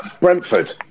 Brentford